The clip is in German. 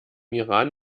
iran